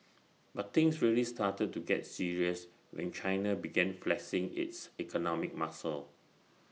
but things really started to get serious when China began flexing its economic muscle